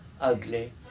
ugly